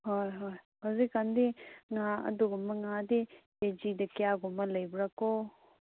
ꯍꯣꯏ ꯍꯣꯏ ꯍꯧꯖꯤꯛ ꯀꯥꯟꯗꯤ ꯉꯥ ꯑꯗꯨꯒꯨꯝꯕ ꯉꯥꯗꯤ ꯀꯦꯖꯤꯗ ꯀꯌꯥꯒꯨꯝꯕ ꯂꯩꯕ꯭ꯔꯀꯣ